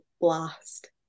blast